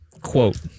quote